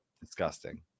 disgusting